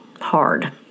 hard